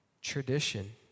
tradition